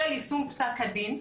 של יישום פסק הדין,